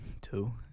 Two